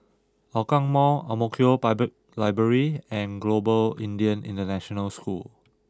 Hougang Mall Ang Mo Kio Public Library and Global Indian International School